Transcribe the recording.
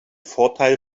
vorteil